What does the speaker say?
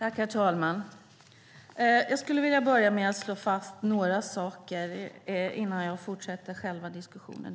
Herr talman! Jag skulle vilja börja med att slå fast ett par saker innan jag fortsätter själva diskussionen.